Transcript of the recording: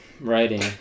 writing